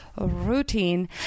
routine